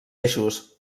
eixos